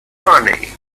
money